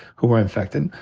who were infected.